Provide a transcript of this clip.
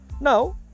Now